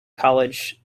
college